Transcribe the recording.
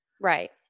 Right